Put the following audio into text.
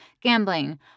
gambling